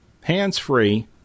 hands-free